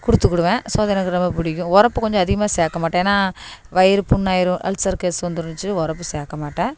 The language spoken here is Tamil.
கொடுத்துக் விடுவேன் ஸோ அது எனக்கு ரொம்ப பிடிக்கும் உரப்பு கொஞ்சம் அதிகமாக சேர்க்கமாட்டேன் ஏனால் வயிறு புண்ணாயிடும் அல்சர் கேஸ் வந்துருனுச்சு உரப்பு சேர்க்க மாட்டேன்